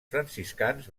franciscans